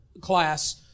Class